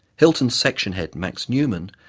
hilton's section head, max newman,